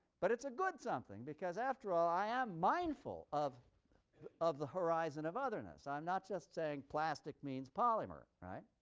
but it's a good something because after all i am mindful of of the horizon of otherness. i am not just saying plastic means polymer, right,